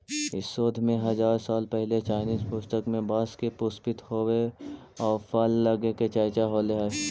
इस शोध में हजार साल पहिले चाइनीज पुस्तक में बाँस के पुष्पित होवे आउ फल लगे के चर्चा होले हइ